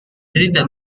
tidak